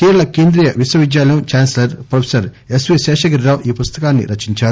కేరళ కేంద్రీయ విశ్వవిద్యాలయం chancellor professor SV Seshagiri Rao ఈ పుస్తకాన్ని రచించారు